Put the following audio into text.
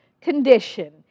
condition